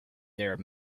their